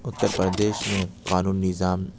اتّر پردیش میں قانونی نظام